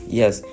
yes